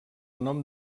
nom